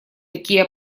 такие